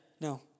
no